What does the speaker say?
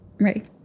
right